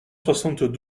soixante